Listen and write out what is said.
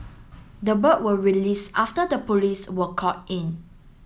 the bird were released after the police were called in